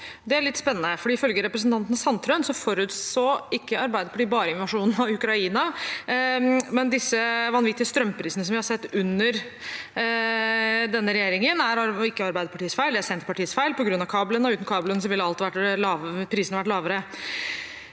Det er litt spennende, for ifølge representanten Sandtrøen forutså Arbeiderpartiet ikke bare invasjonen av Ukraina, men disse vanvittige strømprisene som vi har sett under denne regjeringen, er ikke Arbeiderpartiets feil, det er Senterpartiets feil på grunn av kablene, og uten kablene ville prisene vært lavere.